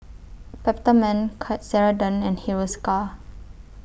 Peptamen Ceradan and Hiruscar